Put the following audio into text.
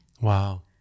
Wow